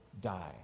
die